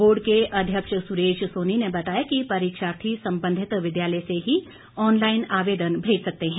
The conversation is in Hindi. बोर्ड के अध्यक्ष सुरेश सोनी ने बताया कि परीक्षार्थी संबंधित विद्यालय से ही ऑनलाइन आवेदन भेज सकते हैं